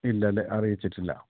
ഇല്ലല്ലേ അറിയിച്ചിട്ടില്ല